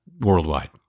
Worldwide